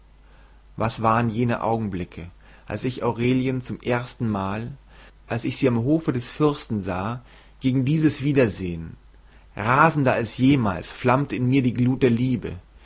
was waren jene augenblicke als ich aurelien zum erstenmal als ich sie am hofe des fürsten sah gegen dieses wiedersehen rasender als jemals flammte in mir die glut der liebe